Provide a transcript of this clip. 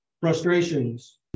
frustrations